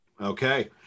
Okay